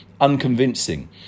unconvincing